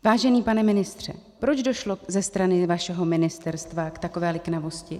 Vážený pane ministře, proč došlo ze strany vašeho ministerstva k takové liknavosti?